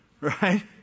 Right